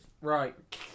Right